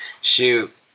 Shoot